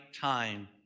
time